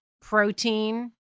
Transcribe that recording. protein